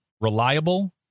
reliable